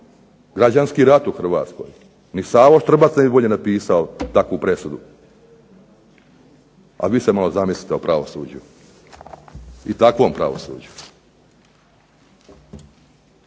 Građanski rat u Hrvatskoj, ni Savo Štrbac ne bi bolje napisao takvu presudu, a vi se malo zamislite o pravosuđu i takvom pravosuđu.